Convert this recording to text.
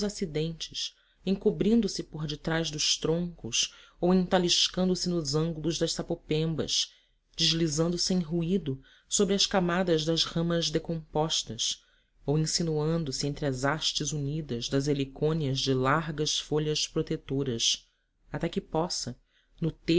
acidentes encobrindo se por detrás dos troncos ou entaliscando se nos ângulos das sapopembas deslizando sem ruído sobre as camadas das ramas decompostas ou insinuando se entre as hastes unidas das helicônias de largas folhas protetoras até que possa no